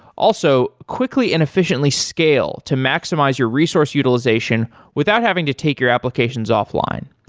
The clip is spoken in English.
also, quickly and efficiently scale to maximize your resource utilization without having to take your applications offline.